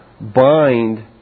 bind